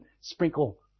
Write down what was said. sprinkle